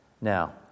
Now